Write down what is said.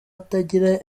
atagira